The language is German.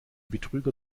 betrüger